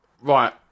right